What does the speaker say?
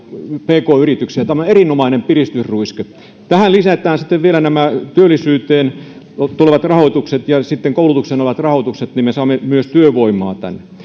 pk yrityksiä tämä on erinomainen piristysruiske kun tähän lisätään sitten vielä nämä työllisyyteen tulevat rahoitukset ja sitten koulutuksen rahoitukset niin me saamme myös työvoimaa tälle sektorille